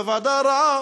והוועדה הרעה,